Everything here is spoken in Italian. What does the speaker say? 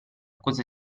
cosa